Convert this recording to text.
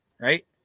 right